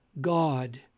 God